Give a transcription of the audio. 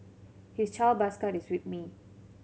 his child bus card is with me